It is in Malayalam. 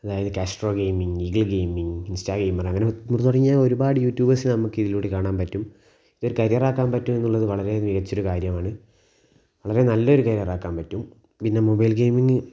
അതായത് Castro gaming gaming insta gamer അങ്ങനെ തുടങ്ങിയാൽ ഒരുപാട് യൂറ്റുബെഴ്സ് നമുക്കിതിലൂടെ കാണാൻ പറ്റും ഇത് കരിയാറാക്കാൻ പറ്റുക എന്ന് ഉള്ളത് വളരെ മികച്ച ഒരു കാര്യമാണ് വളരെ നല്ലൊരു കരിയാറാക്കാൻ പറ്റും പിന്നെ മൊബൈൽ ഗെയിമിംഗ്